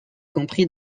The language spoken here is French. compris